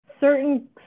Certain